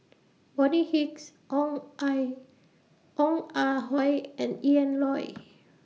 Bonny Hicks Ong I Ong Ah Hoi and Ian Loy